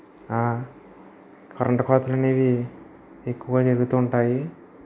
current కోతలు అనేవి ఎక్కువ జరుగుతుంటాయి